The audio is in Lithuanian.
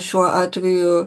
šiuo atveju